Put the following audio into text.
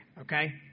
okay